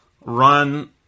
run